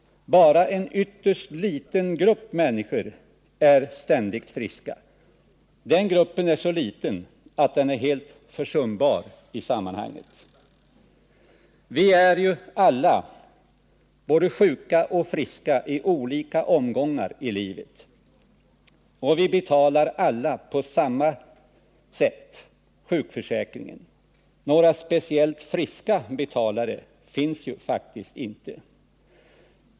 Bara en ytterst liten grupp människor är ständigt friska. Den gruppen är så liten att den är helt försumbar i sammanhanget. Vi är ju alla både sjuka och friska i olika omgångar i livet, och vi betalar alla på samma sätt sjukförsäkringen. Några speciellt friska betalare finns faktiskt inte.